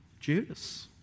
Judas